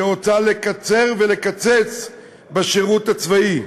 שרוצה לקצר ולקצץ בשירות הצבאי.